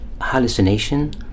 hallucination